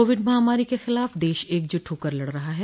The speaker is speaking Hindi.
कोविड महामारी के खिलाफ देश एकजुट होकर लड़ रहा है